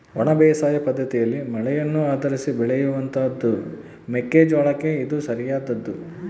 ಒಣ ಬೇಸಾಯ ಪದ್ದತಿಯಲ್ಲಿ ಮಳೆಯನ್ನು ಆಧರಿಸಿ ಬೆಳೆಯುವಂತಹದ್ದು ಮೆಕ್ಕೆ ಜೋಳಕ್ಕೆ ಇದು ಸರಿಯಾದದ್ದು